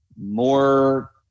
more